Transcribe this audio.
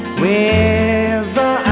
wherever